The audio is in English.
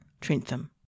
Trentham